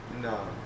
No